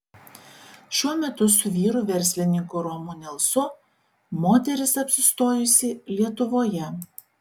šiuo metu su vyru verslininku romu nelsu moteris apsistojusi lietuvoje